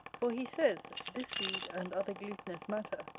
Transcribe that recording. for he says, this weed and other glutinous matter,